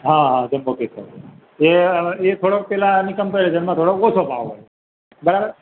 હા હા જમ્બો કેસર એ એ થોડોક પેલાની કમ્પેરિઝનમાં થોડોક ઓછો ભાવ હોય બરાબર